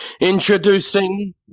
introducing